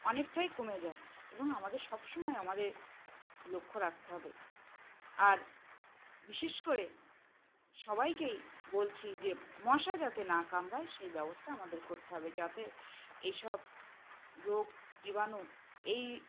অনেকটাই কমে যায় এবং আমাদের সবসময় আমাদের লক্ষ্য রাখতে হবে আর বিশেষ করে সবাইকেই বলছি যে মশা যাতে না কামড়ায় সেই ব্যবস্থা আমাদের করতে হবে যাতে এইসব রোগ জীবাণু এই